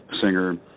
singer